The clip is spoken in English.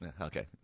Okay